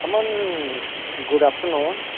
Aman good afternoon